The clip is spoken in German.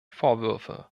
vorwürfe